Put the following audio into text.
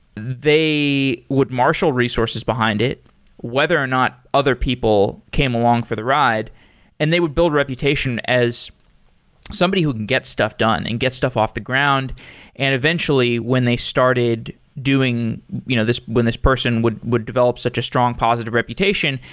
they would marshal resources behind it whether or not other people came along for the ride and they would build a reputation as somebody who can get stuff done and get stuff off the ground and eventually, when they started doing you know when this person would would develop such a strong positive reputation,